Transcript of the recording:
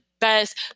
best